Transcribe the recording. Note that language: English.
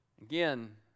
Again